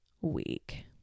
week